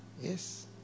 Yes